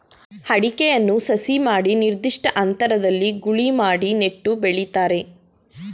ಅಡಿಕೆಯನ್ನು ಸಸಿ ಮಾಡಿ ನಿರ್ದಿಷ್ಟ ಅಂತರದಲ್ಲಿ ಗೂಳಿ ಮಾಡಿ ನೆಟ್ಟು ಬೆಳಿತಾರೆ